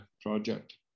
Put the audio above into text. project